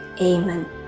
Amen